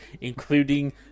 including